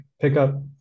pickup